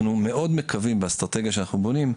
אנחנו מאוד מקווים באסטרטגיה שאנחנו בונים,